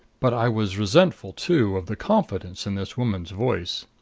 but i was resentful, too, of the confidence in this woman's voice.